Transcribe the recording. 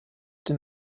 den